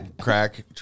crack